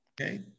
Okay